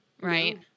right